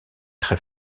très